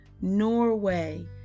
Norway